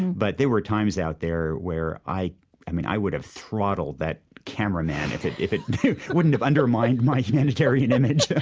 but there were times out there where, i i mean, i would have throttled that cameraman if it if it wouldn't have undermined my humanitarian image right